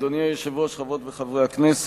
אדוני היושב-ראש, חברות וחברי כנסת,